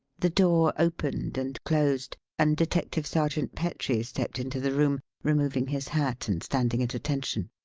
the door opened and closed, and detective sergeant petrie stepped into the room, removing his hat and standing at attention.